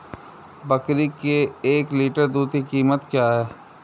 बकरी के एक लीटर दूध की कीमत क्या है?